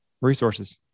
Resources